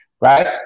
Right